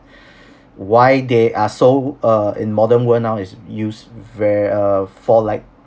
why they are so uh in modern world now is used ver~ uh for like